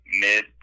mid